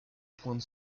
pointe